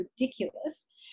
ridiculous